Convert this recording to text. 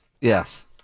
Yes